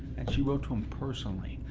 and she wrote to them personally,